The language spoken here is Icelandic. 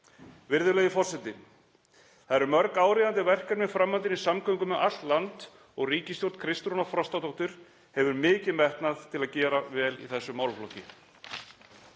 Virðulegi forseti. Það eru mörg áríðandi verkefni í framhaldinu í samgöngum um allt land og ríkisstjórn Kristrúnar Frostadóttur hefur mikinn metnað til að gera vel í þessum málaflokki.